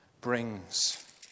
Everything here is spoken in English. brings